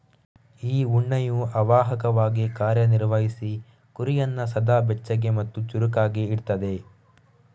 ಈ ಉಣ್ಣೆಯು ಅವಾಹಕವಾಗಿ ಕಾರ್ಯ ನಿರ್ವಹಿಸಿ ಕುರಿಯನ್ನ ಸದಾ ಬೆಚ್ಚಗೆ ಮತ್ತೆ ಚುರುಕಾಗಿ ಇಡ್ತದೆ